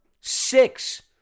six